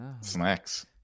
Snacks